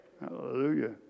Hallelujah